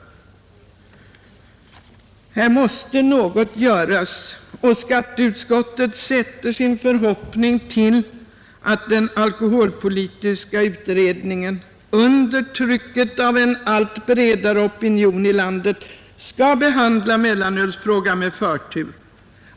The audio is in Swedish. Något måste ske i detta avseende, och skatteutskottet sätter sin förhoppning till den omständigheten att alkoholpolitiska utredningen under trycket av en allt bredare opinion i vårt land skall behandla mellanölsfrågan med förtur.